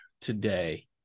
today